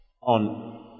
on